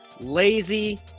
Lazy